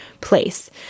place